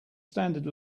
standard